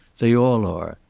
they all are.